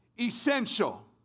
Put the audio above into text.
essential